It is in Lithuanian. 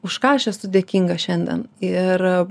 už ką aš esu dėkinga šiandien ir